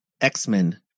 X-Men